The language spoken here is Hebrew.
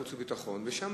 בצדק,